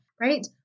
right